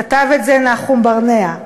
כתב את זה נחום ברנע,